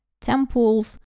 temples